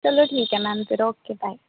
ਚਲੋ ਠੀਕ ਹੈ ਮੈਮ ਫਿਰ ਓਕੇ ਬਾਏ